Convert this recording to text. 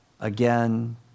again